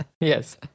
Yes